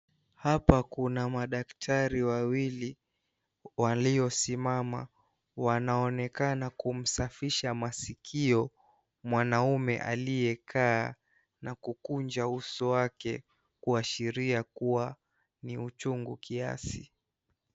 Apa kuna madaktari wawili waliosimama wanaonekana kumsafisha masikio mwanaume aliyekaa na kugunja uso wake, kuashiria kuwa ni uchungu kiasi.